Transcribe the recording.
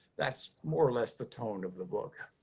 that's more or less the tone of the book.